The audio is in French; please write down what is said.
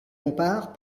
bompard